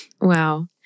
Wow